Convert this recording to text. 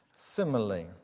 Similarly